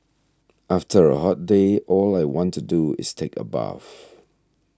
after a hot day all I want to do is take a bath